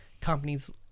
companies